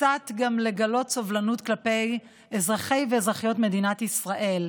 גם לגלות קצת סובלנות כלפי אזרחי ואזרחיות מדינת ישראל.